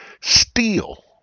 steal